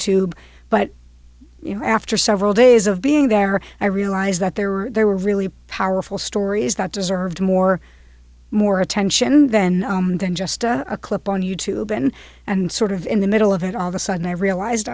tube but you know after several days of being there i realized that there were there were really powerful stories that deserved more more attention then than just a clip on you tube and and sort of in the middle of it all the sudden i realized